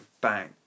bang